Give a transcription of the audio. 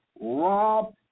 rob